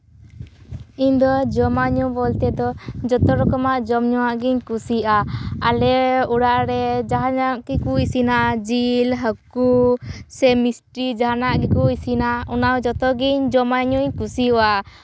ᱤᱧᱫᱚ ᱡᱚᱢᱟᱜ ᱧᱩ ᱵᱚᱞᱛᱮ ᱫᱚ ᱡᱚᱛᱚᱨᱚᱢᱟᱜ ᱡᱚᱢ ᱧᱩᱣᱟᱜ ᱜᱤᱧ ᱠᱩᱥᱤᱭᱟᱜᱼᱟ ᱟᱞᱮ ᱚᱲᱟᱜᱨᱮ ᱡᱟᱦᱟᱱᱟᱜ ᱜᱮᱠᱚ ᱤᱥᱤᱱᱟ ᱡᱤᱞ ᱦᱟᱹᱠᱩ ᱥᱮ ᱢᱤᱥᱴᱤ ᱡᱟᱦᱟᱱᱟᱜ ᱜᱮᱠᱚ ᱤᱥᱤᱱᱟ ᱚᱱᱟ ᱡᱚᱛᱚᱜᱤᱧ ᱡᱚᱢᱟᱜ ᱧᱩᱣᱟᱜ ᱤᱧ ᱠᱩᱥᱤᱭᱟᱜᱼᱟ